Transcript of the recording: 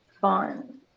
fun